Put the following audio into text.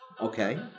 Okay